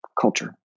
culture